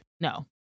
No